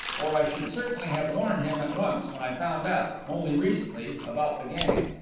or i should certainly have warned him at once when i found out only recently about the gang.